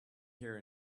here